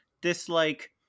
dislike